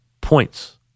points